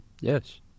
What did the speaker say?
Yes